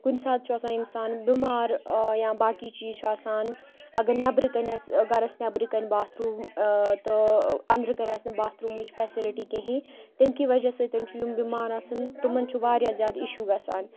کُنہِ ساتہٕ چھُ آسان اِنسان بٮ۪مار یا باقٕے چیٖز چھُ آسان اگر نیٚبرٕ کَنہِ آسہِ گَرَس نیٚبرٕ کَنہِ باتھ روٗم تہٕ أنٛدرٕ کَنہِ آسہِ نہٕ باتھ روٗمٕچ فیسَلٹی کِہیٖنٛۍ تمہِ کہِ وَجہ سۭتۍ چھُ یِم بِٮ۪مار آسان تِمَن چھُ واریاہ زیادٕ اِشوٗ گژھان